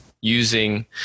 using